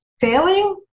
failing